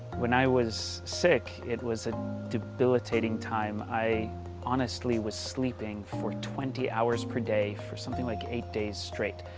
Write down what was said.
when i was sick, it was a debilitating time. i honestly was sleeping for twenty hours per day for something like eight days straight.